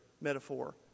metaphor